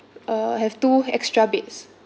uh have two extra beds